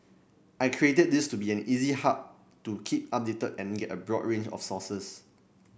I created this to be an easy hub to keep updated and get a broad range of sources